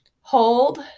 Hold